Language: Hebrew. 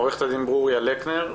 עו"ד ברוריה לקנר,